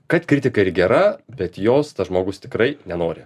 kad kritika ir gera bet jos tas žmogus tikrai nenori